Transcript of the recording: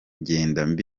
gedeon